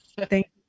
thank